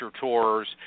tours